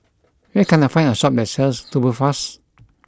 where can I find a shop that sells Tubifast